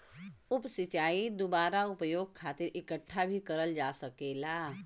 उप सिंचाई दुबारा उपयोग खातिर इकठ्ठा भी करल जा सकेला